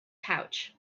pouch